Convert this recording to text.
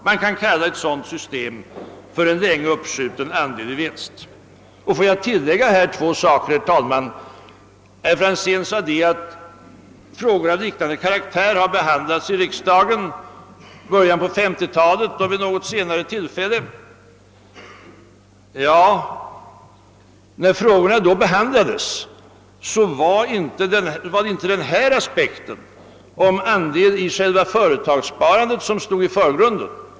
Man kan kalla ett så Får jag här tillägga två saker, herr talman! Herr Franzén i Motala sade att frågor av liknande karaktär har behandlats av riksdagen i början på 1950 talet och vid något senare tillfälle. Ja, men när frågorna då behandlades var det inte denna aspekt, om andel i själva företagssparandet, som stod i förgrunden.